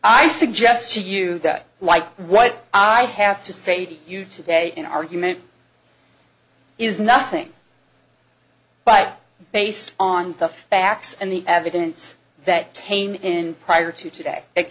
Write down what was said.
i suggest to you that like what i have to say to you today in argument is nothing but based on the facts and the evidence that came in prior to today